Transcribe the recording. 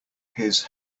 his